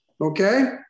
okay